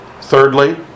Thirdly